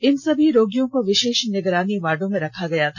इन सभी रोगियों को विशेष निगरानी वार्डो में रखा गया था